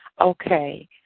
Okay